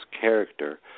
character